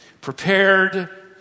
prepared